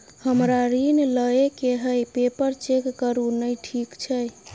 हमरा ऋण लई केँ हय पेपर चेक करू नै ठीक छई?